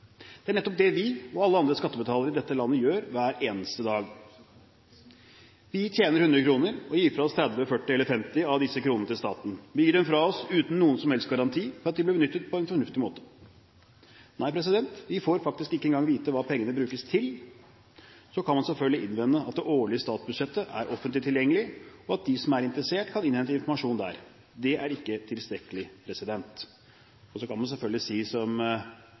Det er nettopp det vi og alle andre skattebetalere i dette landet gjør hver eneste dag. Vi tjener 100 kr og gir fra oss 30, 40 eller 50 av disse kronene til staten. Vi gir dem fra oss uten noen som helst garanti for at de blir benyttet på en fornuftig måte. Nei, vi får faktisk ikke engang vite hva pengene brukes til. Så kan man selvfølgelig innvende at det årlige statsbudsjettet er offentlig tilgjengelig, og at de som er interessert, kan innhente informasjon der. Det er ikke tilstrekkelig. Man kan selvfølgelig si,